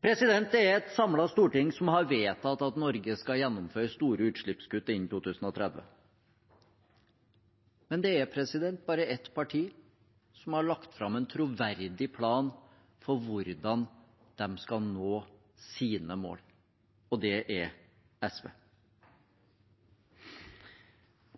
Det er et samlet storting som har vedtatt at Norge skal gjennomføre store utslippskutt innen 2030, men det er bare ett parti som har lagt fram en troverdig plan for hvordan de skal nå sine mål, og det er SV.